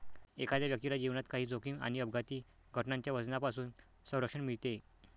एखाद्या व्यक्तीला जीवनात काही जोखीम आणि अपघाती घटनांच्या वजनापासून संरक्षण मिळते